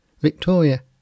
Victoria